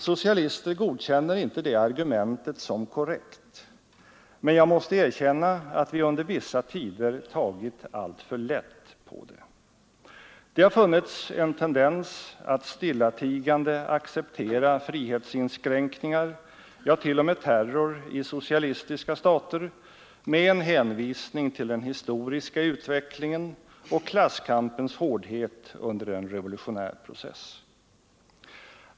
Socialister godkänner inte det argumentet som korrekt, men jag måste erkänna att vi under vissa tider tagit alltför lätt på det. Det har funnits en tendens att stillatigande acceptera frihetsinskränkningar, ja, t.o.m. terror i socialistiska stater, med en hänvisning till den historiska utvecklingen och klasskampens hårdhet under en revolutionär process.